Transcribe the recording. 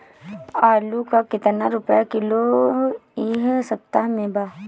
आलू का कितना रुपया किलो इह सपतह में बा?